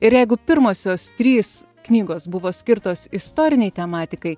ir jeigu pirmosios trys knygos buvo skirtos istorinei tematikai